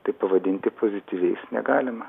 tai pavadinti pozityviais negalima